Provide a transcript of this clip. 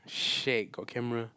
shag got camera